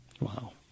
Wow